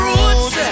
Roots